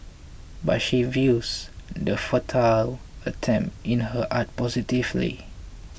but she views the futile attempt in her art positively